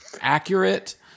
accurate